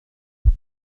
dost